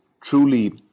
truly